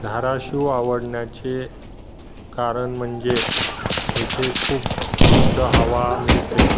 धाराशिव आवडण्याचे कारण म्हणजे येथे खूप शुद्ध हवा मिळते